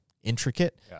intricate